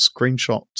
screenshot